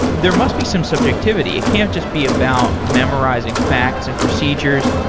there must be some subjectivity. it can't just be about memorizing facts and procedures.